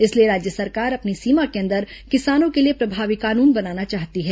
इसलिए राज्य सरकार अपनी सीमा के अंदर किसानों के लिए प्रभावी कानून बनाना चाहती है